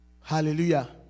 Hallelujah